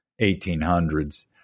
1800s